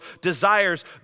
desires